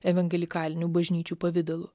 evangelikalinių bažnyčių pavidalu